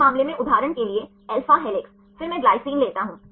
इस मामले में उदाहरण के लिए alpha हेलिक्स फिर मैं ग्लाइसिन लेता हूं